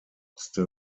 musste